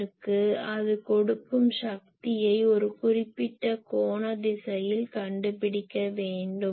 அதற்கு அது கொடுக்கும் சக்தியை ஒரு குறிப்பிட்ட கோண திசையில் கண்டுபிடிக்க வேண்டும்